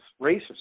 racist